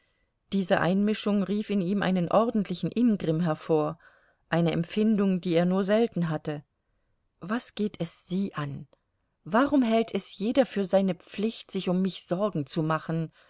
diese einmischung rief in ihm einen ordentlichen ingrimm hervor eine empfindung die er nur selten hatte was geht es sie an warum hält es jeder für seine pflicht sich um mich sorgen zu machen